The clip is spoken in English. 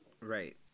Right